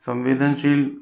संवेदनशील